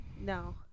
No